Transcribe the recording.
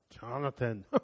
Jonathan